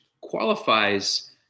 qualifies